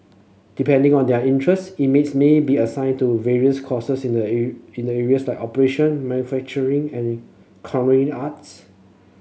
depending on their interests inmates may be assigned to various courses in the in the areas like operation manufacturing and arts